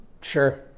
Sure